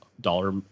dollar